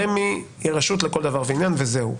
רמ"י היא רשות לכל דבר ועניין וזהו,